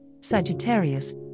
Sagittarius